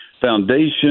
Foundation